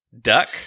duck